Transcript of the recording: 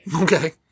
Okay